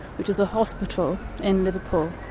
which is a hospital in liverpool,